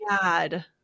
god